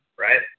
right